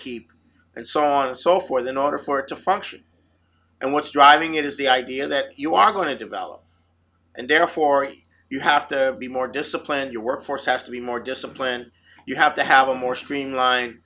keep and saw so for than order for it to function and what's driving it is the idea that you are going to develop and therefore you have to be more disciplined your workforce has to be more disciplined you have to have a more streamlined